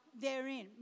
therein